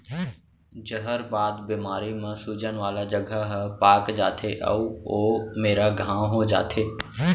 जहरबाद बेमारी म सूजन वाला जघा ह पाक जाथे अउ ओ मेरा घांव हो जाथे